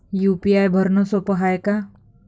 UPI भरनं सोप हाय का?